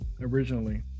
originally